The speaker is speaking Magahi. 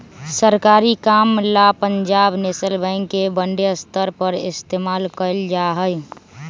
सरकारी काम ला पंजाब नैशनल बैंक के बडे स्तर पर इस्तेमाल कइल जा हई